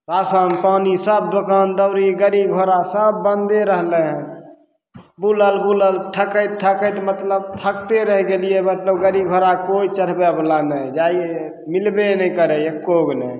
ration पानि सब दोकान दौड़ी गड़ी घोड़ा सब बन्दे रहलय हन बुलल बुलल थकैत थकैत मतलब थकते रहि गेलियै मतलब गड़ी घोड़ा कोइ चढ़बयवला नहि जाइयै मिलबे नहि करय एक्को गो नहि